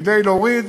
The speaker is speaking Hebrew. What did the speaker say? כדי להוריד